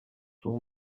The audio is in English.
two